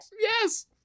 Yes